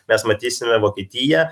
mes matysime vokietiją